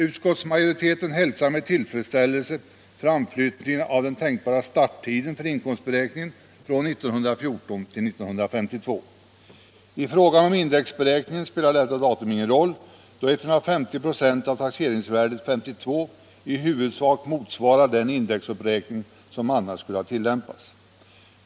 Utskottsmajoriteten hälsar med tillfredsställelse framflyttningen av den tänkbara starttiden för inkomstberäkningen från 1914 till 1952. I fråga om indexberäkningen spelar detta ingen roll, då 150 96 av taxeringsvärdet 1952 i huvudsak motsvarar den indexberäkning som annars skulle ha tillämpats.